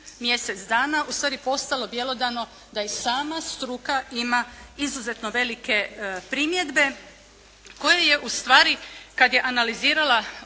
mjesec dana ustvari postalo bjelodano da i sama struka ima izuzetno velike primjedbe koje je ustvari kad je analizirala